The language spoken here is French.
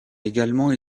également